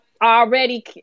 already